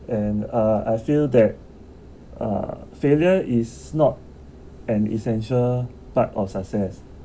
and uh I feel that uh failure is not an essential part of success